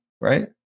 right